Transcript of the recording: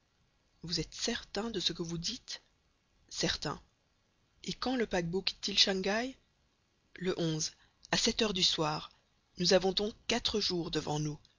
vous êtes certain de ce vous dites certain et quand le paquebot quitte-t-il shangaï le à sept heures du soir nous avons donc quatre jours devant nous